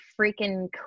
freaking